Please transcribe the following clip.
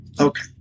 Okay